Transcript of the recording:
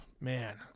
man